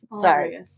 sorry